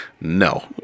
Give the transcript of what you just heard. No